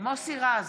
מוסי רז,